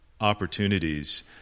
opportunities